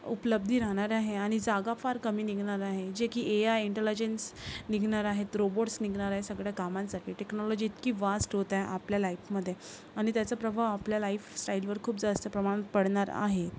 उपलब्धी राहणार आहे आणि जागा फार कमी निघणार आहे जे की ए आय इंटलेजन्स निघणार आहे रोबोट्स निघणार आहे सगळया कामांसाठी टेक्नॉलॉजी इतकी वास्ट होत आहे आपल्या लाईपमध्ये आणि त्याचा प्रभाव आपल्या लाईफस्टाईलवर खूप जास्त प्रमाणात पडणार आहे